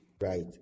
right